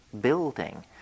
building